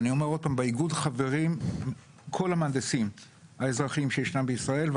באיגוד חברים כל המהנדסים האזרחיים שיש בישראל,